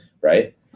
right